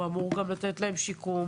הוא אמור גם לתת להם שיקום